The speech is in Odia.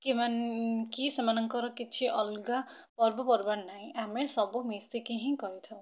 କିମ୍ବା କି ସେମାନଙ୍କର କିଛି ଅଲଗା ପର୍ବ ପର୍ବାଣି ନାହିଁ ଆମେ ସବୁ ମିଶିକି ହିଁ କରିଥାଉ